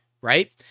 right